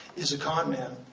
is a con man,